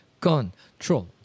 control